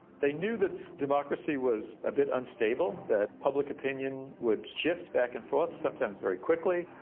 they knew that democracy was a bit unstable, that public opinion would shift back and forth, sometimes very quickly.